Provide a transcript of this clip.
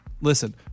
Listen